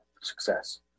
success